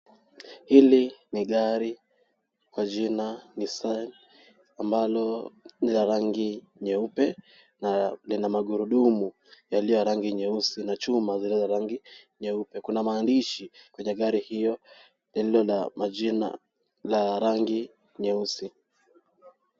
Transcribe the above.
Hili ni gari kwa jina Nissan ambalo ni la rangi nyeupe na lina magurudumu yaliyo ya rangi nyeusi na chuma zilizo rangi nyeupe. Kuna maandishi kwenye gari hiyo lililo na majina la rangi nyeusi.